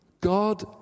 God